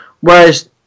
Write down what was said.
Whereas